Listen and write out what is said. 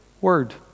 word